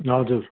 हजुर